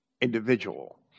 individual